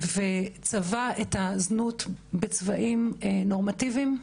וצבע את הזנות בצבעים נורמטיביים.